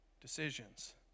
decisions